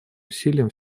усилиям